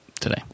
today